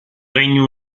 regno